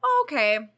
okay